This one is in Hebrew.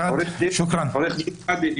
עורך הדין סעדי,